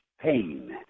pain